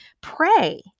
pray